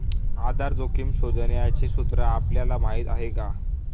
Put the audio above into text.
आधार जोखिम शोधण्याचे सूत्र आपल्याला माहीत आहे का?